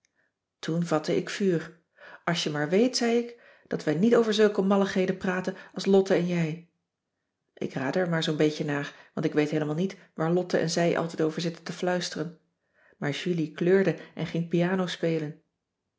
toen vatte ik vuur als je maar weet zei ik dat wij niet over zulke malligheden praten als lotte en jij ik raadde er maar zoo'n beetje naar want ik weet heelemaal niet waar lotte en zij altijd over zitten te fluisteren maar julie kleurde en ging